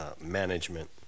management